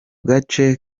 gace